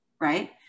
Right